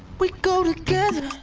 we go together